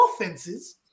offenses